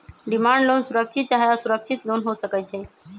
demand loan सुरक्षित चाहे असुरक्षित लोन हो सकइ छै